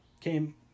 came